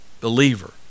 believer